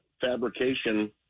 fabrication